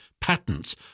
patents